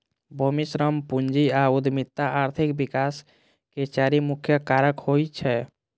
भूमि, श्रम, पूंजी आ उद्यमिता आर्थिक विकास के चारि मुख्य कारक होइ छै